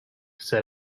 said